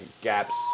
gaps